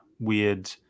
Weird